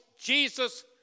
Jesus